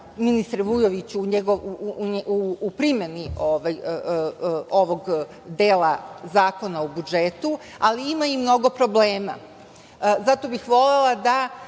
ministre Vujoviću, u primeni ovog dela Zakona o budžetu, ali i ima mnogo problema. Zato bih volela da